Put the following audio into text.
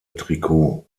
trikot